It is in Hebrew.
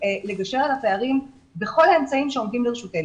לגשר על הפערים בכל האמצעים שעומדים לרשותנו,